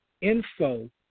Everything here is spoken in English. info